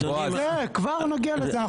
כבר נגיע לזה.